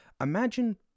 Imagine